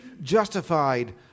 justified